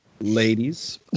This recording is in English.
ladies